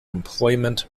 employment